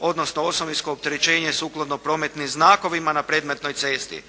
odnosno osovinsko opterećenje sukladno prometnim znakovima na predmetnoj cesti.